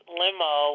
limo